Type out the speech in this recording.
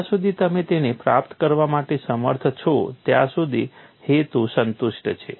જ્યાં સુધી તમે તેને પ્રાપ્ત કરવા માટે સમર્થ છો ત્યાં સુધી હેતુ સંતુષ્ટ છે